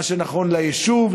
מה שנכון ליישוב,